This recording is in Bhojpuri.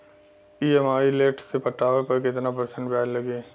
ई.एम.आई लेट से पटावे पर कितना परसेंट ब्याज लगी?